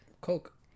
Coke